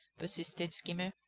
persisted skimmer.